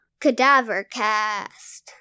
CadaverCast